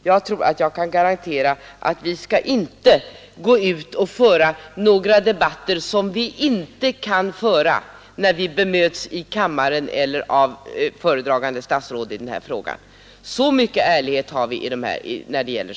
Jag tror jag kan garantera att vi inte skall gå ut och föra några debatter, som vi inte kan föra när vi bemöts här av föredragande statsrådet eller av ledamöter i denna kammare.